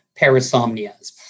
parasomnias